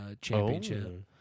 championship